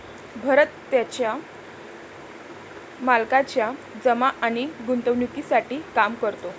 भरत त्याच्या मालकाच्या जमा आणि गुंतवणूकीसाठी काम करतो